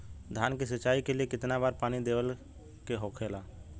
धान की सिंचाई के लिए कितना बार पानी देवल के होखेला?